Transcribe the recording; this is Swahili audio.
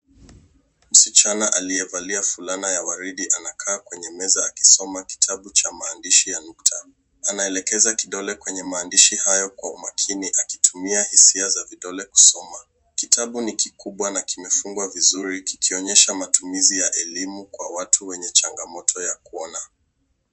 Msichana aliyevalia fulana ya waridi anakaa kwenye meza akisoma kitabu cha maandishi ya nukta. Anaelekeza kidole kwenye maandishi hayo kwa umakini akitumia hisia za vidole kusoma. Kitabu ni kikubwa na kimefungwa vizuri kikionyesha matumizi ya elimu kwa watu wenye changamoto ya kuona.